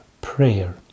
prayer